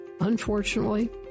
Unfortunately